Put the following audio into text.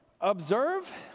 observe